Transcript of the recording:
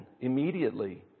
immediately